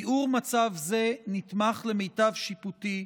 תיאור מצב זה נתמך, למיטב שיפוטי,